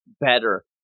better